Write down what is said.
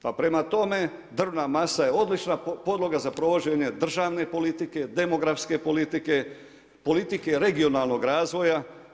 Pa prema tome, drvna masa je odlična podloga za provođenje državne politike, demografske politike, politike regionalnog razvoja.